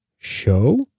Show